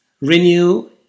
Renew